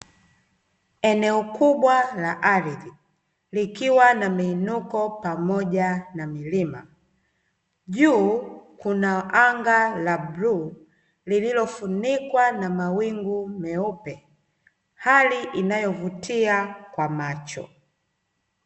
Eneo kubwa la ardhi likiwa na miinuko pamoja na milima, juu kuna anga la bluu lililo funikwa na mawingu meupe hali inayovutia kwa macho.